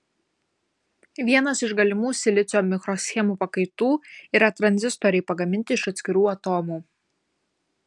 vienas iš galimų silicio mikroschemų pakaitų yra tranzistoriai pagaminti iš atskirų atomų